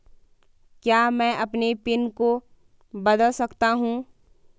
क्या मैं अपने पिन को बदल सकता हूँ?